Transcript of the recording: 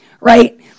right